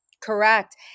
Correct